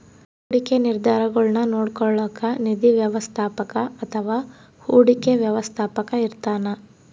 ಹೂಡಿಕೆ ನಿರ್ಧಾರಗುಳ್ನ ನೋಡ್ಕೋಳೋಕ್ಕ ನಿಧಿ ವ್ಯವಸ್ಥಾಪಕ ಅಥವಾ ಹೂಡಿಕೆ ವ್ಯವಸ್ಥಾಪಕ ಇರ್ತಾನ